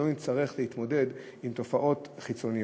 לא נצטרך להתמודד עם תופעות חיצוניות.